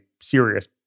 serious